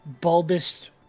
bulbous